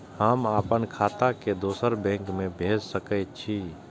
हम आपन खाता के दोसर बैंक में भेज सके छी?